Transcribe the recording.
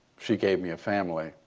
she gave me a family.